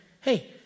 hey